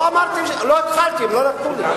לא התחלתי, הם לא נתנו לי.